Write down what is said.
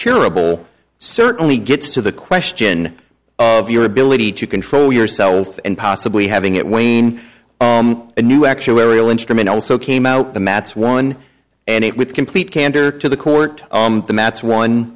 curable certainly gets to the question of your ability to control yourself and possibly having it when a new actuarial instrument also came out the mats one and it with complete candor to the court the matts on